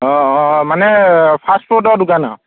অঁ অঁ মানে ফাষ্ট ফুডৰ দোকানত আৰু